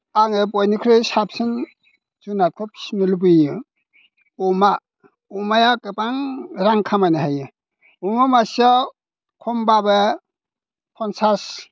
आङो बयनिख्रुइ साबसिन जुनादखौ फिसिनो लुबैयो अमा अमाया गोबां रां खामायनो हायो अमा मासेयाव खमब्लाबो पन्सास